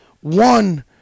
One